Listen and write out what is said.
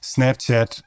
Snapchat